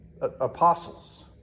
apostles